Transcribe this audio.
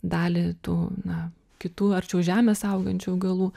dalį tų na kitų arčiau žemės augančių augalų